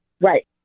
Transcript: Right